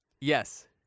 Yes